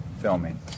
filming